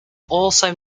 also